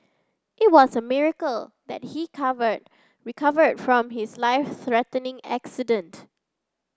it was a miracle that he covered recover from his life threatening accident